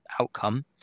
outcome